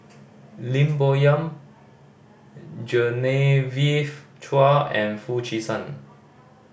Lim Bo Yam Genevieve Chua and Foo Chee San